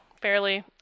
fairly